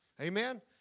Amen